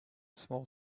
small